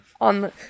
On